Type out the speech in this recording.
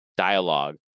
dialogue